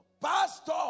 Pastor